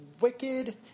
wicked